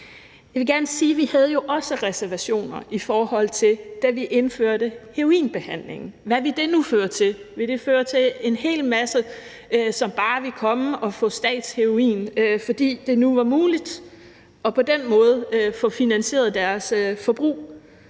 Jeg vil gerne sige, at vi jo også havde reservationer, da vi indførte heroinbehandlingen. Hvad ville det nu føre til? Ville det føre til en hel masse, som bare ville komme og få statsheroin, fordi det nu var muligt, og på den måde få finansieret deres forbrug?